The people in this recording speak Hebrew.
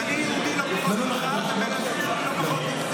כי אני יהודי לא פחות ממך ובן הזוג שלי לא פחות יהודי ממך.